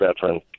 veteran